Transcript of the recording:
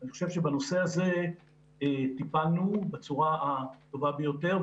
אני חושב שבנושא הזה טיפלנו בצורה הטובה ביותר,